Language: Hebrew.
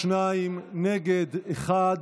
בעד, 22, נגד, אחד,